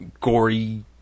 gory